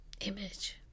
image